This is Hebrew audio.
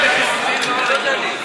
כמעט כולם נכנסים בבת אחת.